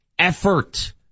Effort